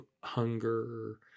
hunger